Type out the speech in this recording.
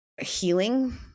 healing